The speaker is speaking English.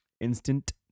instant